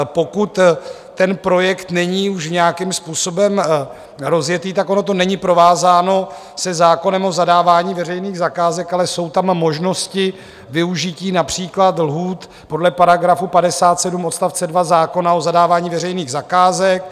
Pokud ten projekt není už nějakým způsobem rozjetý, tak ono to není provázáno se zákonem o zadávání veřejných zakázek, ale jsou tam možnosti využití například lhůt podle § 57 odst. 2 zákona o zadávání veřejných zakázek.